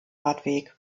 radweg